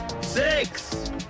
six